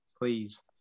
please